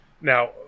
Now